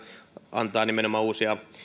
antaa nimenomaan uusia